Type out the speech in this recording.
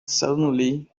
suddenly